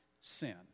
sin